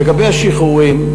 לגבי השחרורים,